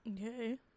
Okay